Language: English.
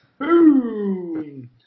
Boom